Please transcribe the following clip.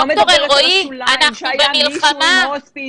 אני לא מדברת על השוליים שהיה מישהו בהוספיס